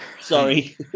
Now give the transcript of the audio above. Sorry